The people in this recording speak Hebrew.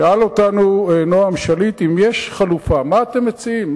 שאל אותנו נועם שליט אם יש חלופה, מה אתם מציעים?